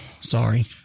sorry